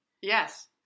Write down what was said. Yes